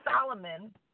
Solomon